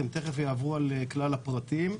הם מיד יעברו על כלל הפרטים.